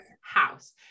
house